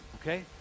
okay